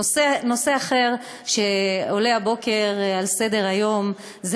נושא אחר שעולה הבוקר על סדר-היום הוא